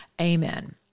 amen